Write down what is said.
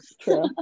True